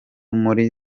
muri